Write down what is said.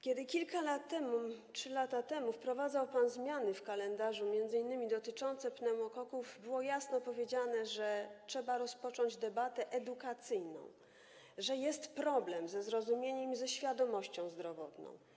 Kiedy kilka lat temu, 3 lata temu wprowadzał pan zmiany w kalendarzu m.in. dotyczące pneumokoków, było jasno powiedziane, że trzeba rozpocząć debatę edukacyjną, że jest problem ze zrozumieniem i ze świadomością zdrowotną.